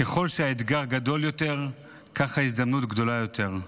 ככל שהאתגר גדול יותר, ככה ההזדמנות גדולה יותר.